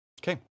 Okay